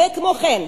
וכמו כן,